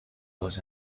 was